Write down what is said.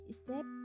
step